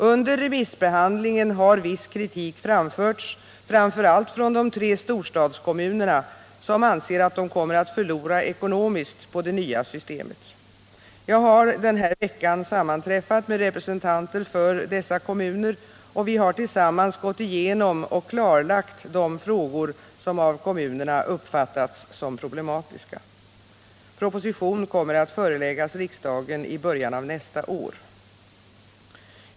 Under remissbehandlingen har viss kritik framförts, framför allt från de tre storstadskommunerna, som anser att de kommer att förlora ekonomiskt på det nya systemet. Jag har denna vecka sammanträffat med representanter för dessa kommuner, och vi har tillsammans gått igenom och klarlagt de frågor som av kommunerna uppfattats som problematiska. Proposition kommer att föreläggas riksdagen i början av nästa år.